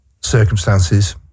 circumstances